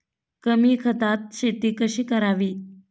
कमी खतात शेती कशी करावी?